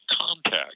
contact